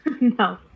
No